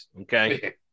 okay